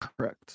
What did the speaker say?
Correct